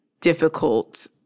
difficult